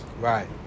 Right